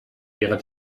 ihrer